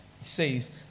says